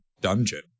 dungeon